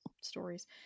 stories